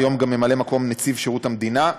והיום גם ממלא מקום נציב שירות המדינה,